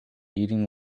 eating